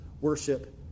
worship